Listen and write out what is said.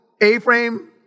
A-frame